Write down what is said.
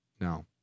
No